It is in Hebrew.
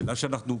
בגלל שאנחנו,